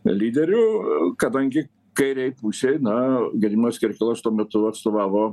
lyderių kadangi kairėj pusėj na gediminas kirkilas tuo metu atstovavo